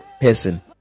person